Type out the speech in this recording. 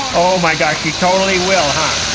oh my gosh, she totally will, huh?